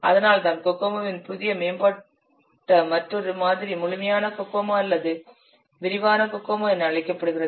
அதனால்தான் கோகோமோவின் புதிய மேம்பட்ட மற்றொரு மாதிரி முழுமையான கோகோமோ அல்லது விரிவான கோகோமோ என அழைக்கப்படுகிறது